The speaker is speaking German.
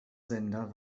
sender